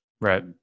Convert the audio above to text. right